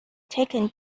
taken